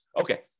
Okay